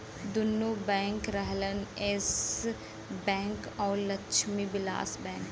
दुन्नो बैंक रहलन Yes Bank अउर लक्ष्मी विलास बैंक